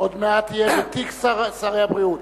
עוד מעט תהיה ותיק שרי הבריאות.